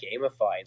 gamified